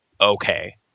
okay